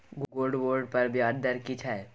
Gold bond पर ब्याज दर की छै?